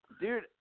dude